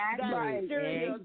Right